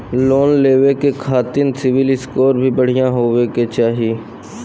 Loan लेवे के खातिन सिविल स्कोर भी बढ़िया होवें के चाही?